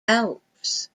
alps